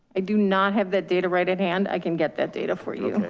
i do not have that data right at hand. i can get that data for you.